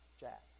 Jack